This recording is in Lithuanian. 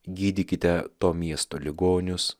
gydykite to miesto ligonius